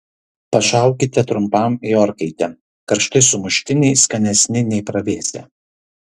pašaukite trumpam į orkaitę karšti sumuštiniai skanesni nei pravėsę